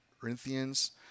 Corinthians